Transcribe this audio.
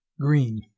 Green